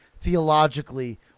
theologically